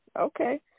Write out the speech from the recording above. Okay